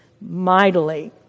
mightily